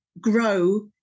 grow